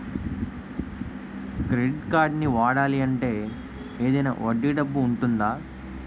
Credit కార్డ్ని వాడాలి అంటే ఏదైనా వడ్డీ డబ్బు ఉంటుందా?